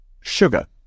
sugar